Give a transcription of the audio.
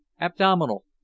Abdominal